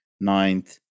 ninth